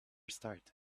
start